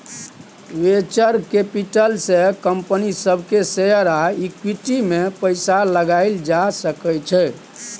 venture capital से company सब के शेयर आ इक्विटी में पैसा लगाएल जा सकय छइ